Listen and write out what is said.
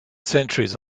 centuries